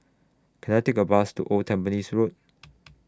Can I Take A Bus to Old Tampines Road